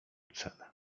cenę